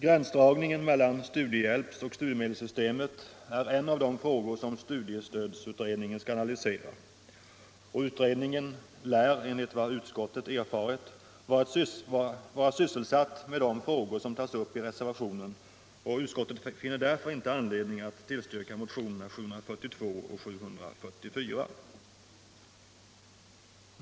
Gränsdragningen mellan studiehjälpsoch studiemedelssystemen är en av de frågor som studiestödsutredningen skall analysera. Utredningen lär, enligt vad utskottet erfarit, vara sysselsatt med de frågor som tas upp i reservationen, och utskottet finner därför inte anledning att tillstyrka motionerna 742 och 744.